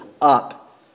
up